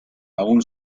aún